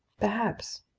perhaps.